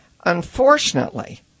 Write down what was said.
Unfortunately